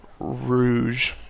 Rouge